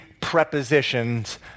prepositions